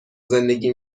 زندگی